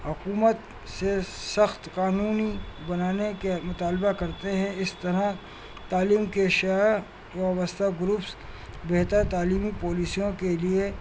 حکومت سے سخت قانون بنانے کے مطالبہ کرتے ہیں اس طرح تعلیم کے شعبے وابستہ گروپس بہتر تعلیمی پالیسیوں کے لیے